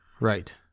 Right